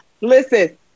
Listen